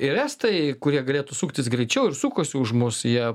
ir estai kurie galėtų suktis greičiau ir sukosi už mus jie